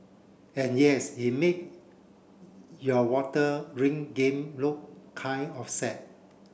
and yes he made your water ring game look kind of sad